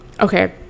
okay